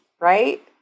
right